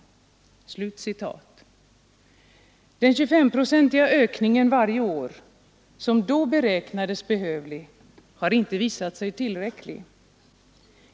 Den 25-procentiga ökningen varje år, som då beräknades behövlig, har inte visat sig tillräcklig.